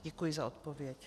Děkuji za odpověď.